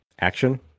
action